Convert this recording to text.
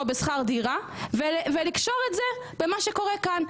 בשכר דירה ולקשור את זה במה שקורה כאן.